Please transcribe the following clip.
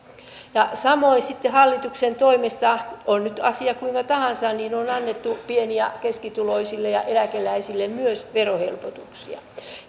samoin sitten hallituksen toimesta on nyt asia kuinka tahansa on annettu pieni ja keskituloisille ja eläkeläisille myös verohelpotuksia